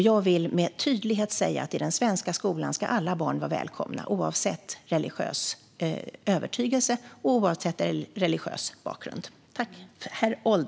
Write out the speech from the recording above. Jag vill med tydlighet säga att i den svenska skolan ska alla barn vara välkomna oavsett religiös övertygelse och oavsett religiös bakgrund.